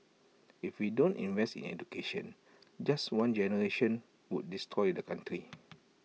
if we don't invest in education just one generation would destroy the country